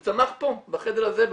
זה צמח פה בחדר הזה,